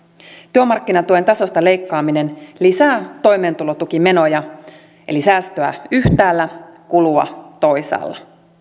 työmarkkinatuen tasosta leikkaaminen lisää toimeentulotukimenoja eli säästöä yhtäällä kulua toisaalla